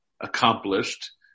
accomplished